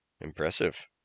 Impressive